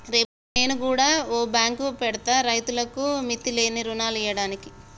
రేపు నేను గుడ ఓ బాంకు పెడ్తా, రైతులకు మిత్తిలేని రుణాలియ్యడానికి